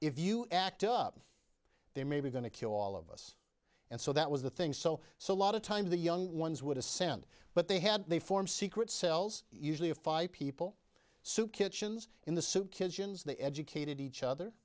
if you act up they may be going to kill all of us and so that was the thing so so a lot of times the young ones would ascend but they had they form secret cells usually of five people soup kitchens in the soup kitchens they educated each other